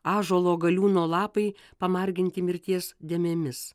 ąžuolo galiūno lapai pamarginti mirties dėmėmis